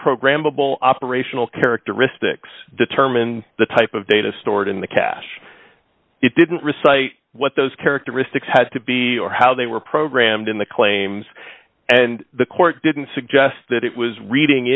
programmable operational characteristics determine the type of data stored in the cache it didn't recites what those characteristics had to be or how they were programmed in the claims and the court didn't suggest that it was reading